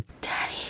Daddy